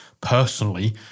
personally